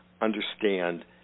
understand